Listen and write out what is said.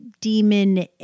demon